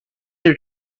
your